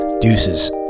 Deuces